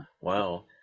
Wow